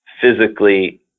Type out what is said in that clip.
physically